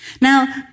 Now